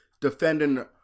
Defending